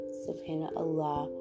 subhanAllah